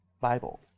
Bible